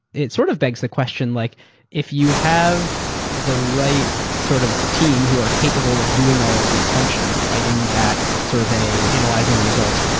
it sort of begs the question, like if you have the right sort of team who are capable of doing all of these functions, writing that survey, analyzing the results,